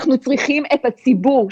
אנחנו צריכים את הציבור,